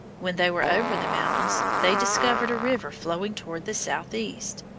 when they were over the mountains, they discovered a river flowing toward the southeast.